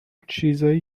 چیزای